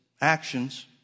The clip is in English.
actions